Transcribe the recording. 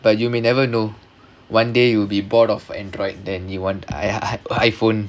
but you may never know one day you will be bored of android then you want i~ iPhone